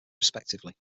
respectively